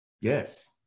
Yes